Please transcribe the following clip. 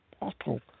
bottle